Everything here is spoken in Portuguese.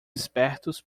espertos